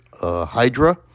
Hydra